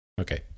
Okay